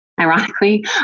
ironically